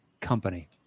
Company